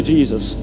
Jesus